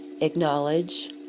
acknowledge